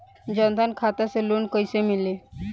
जन धन खाता से लोन कैसे मिली?